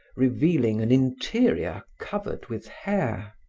revealing an interior covered with hair.